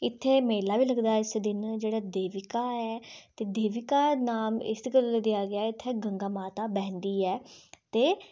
इत्थें मेला बी लगदा इस दिन जेह्ड़ा देविका ते देविका नांऽ इस लेई गलाया गेदा इत्थें गंगा माता बगदी ऐ ते